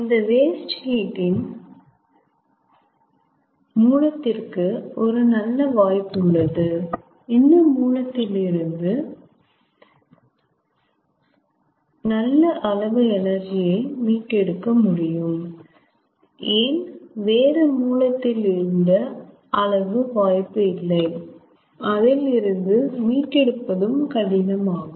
இந்த waste heat இன் மூலத்திற்கு ஒரு நல்ல வாய்ப்புள்ளது இந்த மூலத்தில் இருந்து நல்ல அளவு எனர்ஜி ஐ மீட்டெடுக்க முடியும் ஏன் வேற மூலத்தில் இந்த அளவு வாய்ப்பு இல்லை அதில் இருந்து மீட்டெடுப்பதும் கடினமாகும்